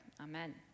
Amen